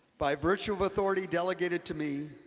by virtue of authority delegated to me,